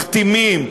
מחתימים,